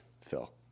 Phil